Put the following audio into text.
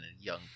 young